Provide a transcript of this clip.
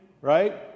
right